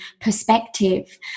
perspective